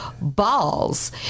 balls